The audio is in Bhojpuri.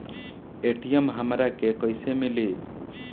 ए.टी.एम हमरा के कइसे मिली?